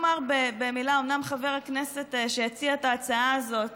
אומנם חבר הכנסת שהציע את ההצעה הזאת